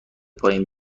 پایین